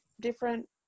different